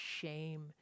shame